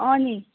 अँ नि